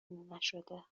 نشده